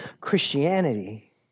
Christianity